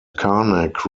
karnak